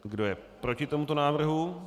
Kdo je proti tomuto návrhu?